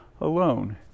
alone